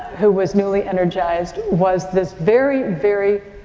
who was newly energized, was this very, very,